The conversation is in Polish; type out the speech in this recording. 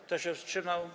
Kto się wstrzymał?